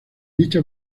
dicha